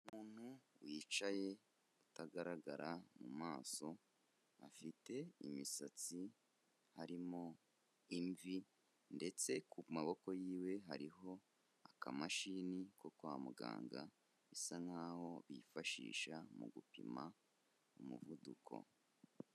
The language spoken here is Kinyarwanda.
Umuntu wicaye utagaragara mu maso, afite imisatsi harimo imvi ndetse kumaboko yiwe hariho akamashini ko kwa muganga, bisa naho bifashisha mu gupima umuvuduko.